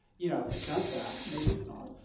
you know it sounds bad maybe it's not.